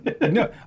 No